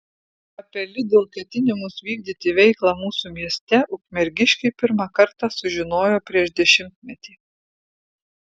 apie lidl ketinimus vykdyti veiklą mūsų mieste ukmergiškiai pirmą kartą sužinojo prieš dešimtmetį